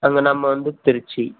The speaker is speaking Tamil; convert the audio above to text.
அங்கே நம்ம வந்து திருச்சி